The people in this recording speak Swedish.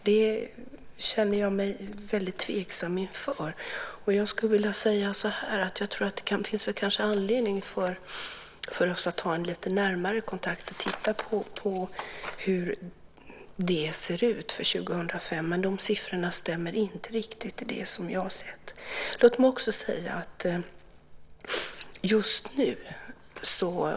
Det känner jag mig tveksam inför. Jag tror att det finns anledning för oss att ta en lite närmare kontakt och titta på hur det ser ut för 2005. Siffrorna stämmer inte riktigt med det som jag har sett.